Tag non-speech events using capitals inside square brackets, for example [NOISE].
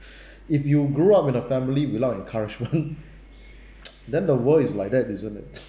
[BREATH] if you grow up with a family without encouragement [NOISE] then the world is like that isn't it [NOISE]